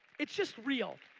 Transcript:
it's just real.